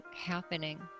happening